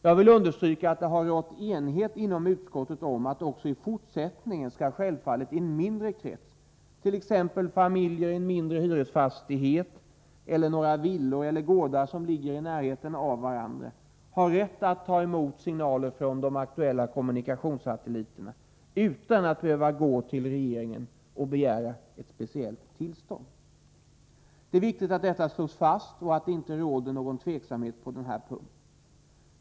Jag vill understryka att det har rått enighet inom utskottet om att en liten krets, t.ex. familjer i en mindre hyresfastighet, några villor eller gårdar som ligger i närheten av varandra, även i fortsättningen skall ha rätt att ta emot signaler från de aktuella kommunikationssatelliterna utan att behöva gå till regeringen och begära ett speciellt tillstånd. Det är viktigt att detta slås fast och att det inte råder någon osäkerhet på den här punkten.